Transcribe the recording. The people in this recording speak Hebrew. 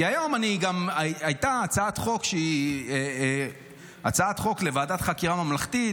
כי היום גם הייתה הצעת חוק לוועדת חקירה ממלכתית.